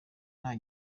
nta